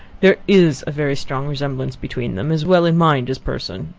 there is a very strong resemblance between them, as well in mind as person.